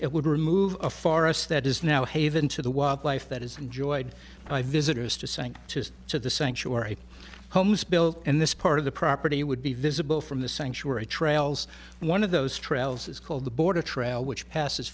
it would remove a forest that is now a haven to the wildlife that is enjoyed by visitors to saying to the sanctuary homes built in this part of the property would be visible from the sanctuary trails one of those trails is called the border trail which pass